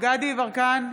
דסטה גדי יברקן,